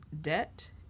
debt